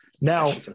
Now